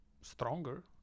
stronger